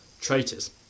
traitors